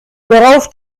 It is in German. worauf